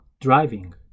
driving